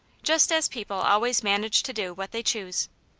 just as people always manage to do what they choose.